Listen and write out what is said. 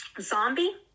zombie